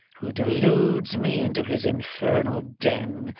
who deludes me into his infernal den,